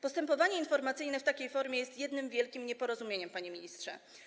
Postępowanie informacyjne w takiej formie jest jednym wielkim nieporozumieniem, panie ministrze.